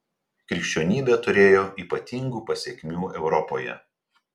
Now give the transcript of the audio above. krikščionybė turėjo ypatingų pasekmių europoje